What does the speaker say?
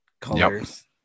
colors